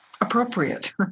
appropriate